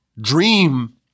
dream